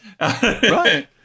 Right